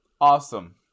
Awesome